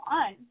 on